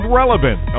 relevant